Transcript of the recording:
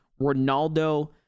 Ronaldo